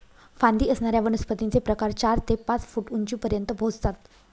फांदी असणाऱ्या वनस्पतींचे प्रकार चार ते पाच फूट उंचीपर्यंत पोहोचतात